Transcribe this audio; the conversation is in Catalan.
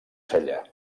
sella